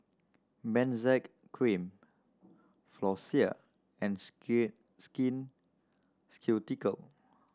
Benzac Cream Floxia and Skin Ceutical